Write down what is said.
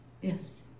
Yes